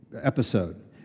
episode